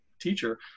teacher